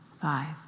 five